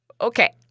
Okay